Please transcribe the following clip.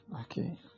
okay